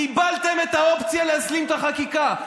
קיבלתם את האופציה להשלים את החקיקה,